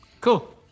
Cool